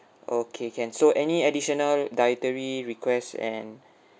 okay can so any additional dietary requests and